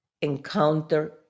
encounter